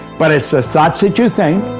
but it's the thoughts that you think